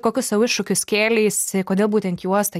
kokius sau iššūkius kėleisi kodėl būtent juosta